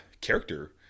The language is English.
character